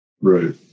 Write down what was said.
right